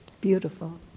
beautiful